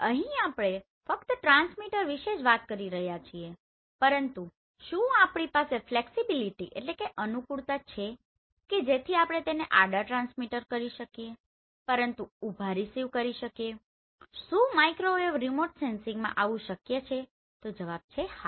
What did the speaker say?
અહીં આપણે ફક્ત ટ્રાન્સમીટર વિશે જ વાત કરી રહ્યા છીએ પરંતુ શું આપણી પાસે ફ્લેક્સીબીલીટીFlexibilityઅનુકુળતા છે કે જેથી આપણે તેને આડા ટ્રાન્સમિટ કરી શકીએ પરંતુ ઉભા રીસીવ કરી શકીએ શું માઇક્રોવેવ રિમોટ સેન્સિંગમાં આવું શક્ય છે તો જવાબ છે હા